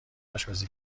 آشپزی